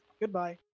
Goodbye